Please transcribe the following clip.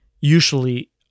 usually